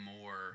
more